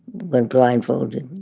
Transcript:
when blindfolded,